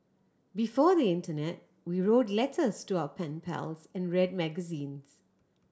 before the internet we wrote letters to our pen pals and read magazines